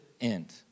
end